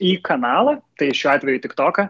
į kanalą tai šiuo atveju tik toką